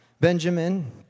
Benjamin